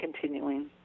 continuing